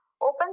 Open